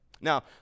Now